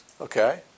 Okay